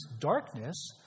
darkness